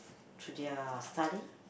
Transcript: through their study